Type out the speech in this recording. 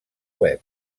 web